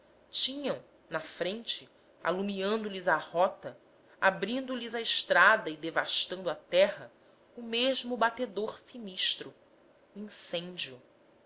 tinham na frente alumiando lhes a rota abrindo lhes a estrada e devastando a terra o mesmo batedor sinistro o incêndio